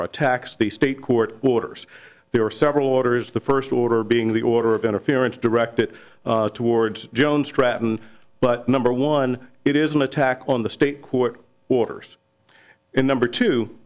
attacks the state court orders there are several orders the first order being the order of interference directed towards jones stratton but number one it is an attack on the state court orders in number